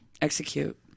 Execute